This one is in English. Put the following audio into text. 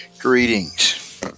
Greetings